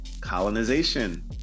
Colonization